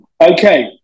Okay